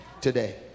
Today